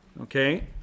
okay